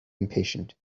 impatient